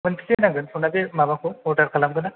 मोनबेसे नांगोन सना बे माबाखौ अरदार खालामगोना